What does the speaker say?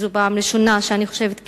וזו פעם ראשונה שאני חושבת ככה,